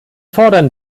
fordern